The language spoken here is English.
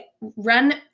run